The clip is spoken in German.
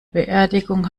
beerdigung